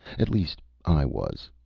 at least, i was.